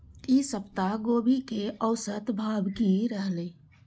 ई सप्ताह गोभी के औसत भाव की रहले?